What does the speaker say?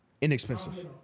inexpensive